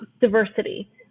diversity